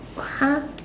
!huh!